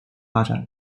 发展